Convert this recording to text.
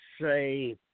say